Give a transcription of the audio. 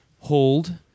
Hold